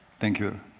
thank you.